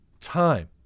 time